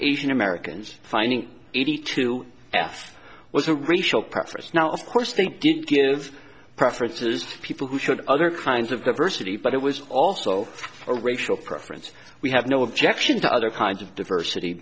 asian americans finding eighty two f was a racial preference now of course think did give preferences for people who should other kinds of diversity but it was also a racial preference we have no objection to other kinds of diversity